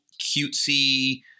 cutesy